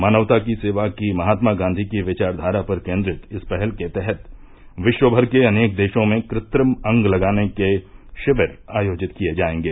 मानवता की सेवा की महात्मा गांधी की विचाखारा पर केन्द्रित इस पहल के तहत विश्वमर के अनेक देशों में कृ त्रिम अंग लगाने के शिविर आयोजित किये जायेंगे